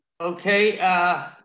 Okay